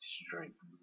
strength